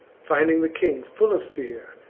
finding the king full of fear,